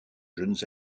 jeunes